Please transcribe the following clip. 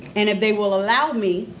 and if they will allow me,